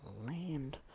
land